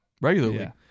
regularly